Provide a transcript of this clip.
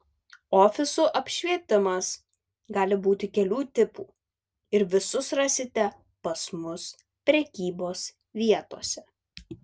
ofisų apšvietimas gali būti kelių tipų ir visus rasite pas mus prekybos vietose